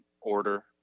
order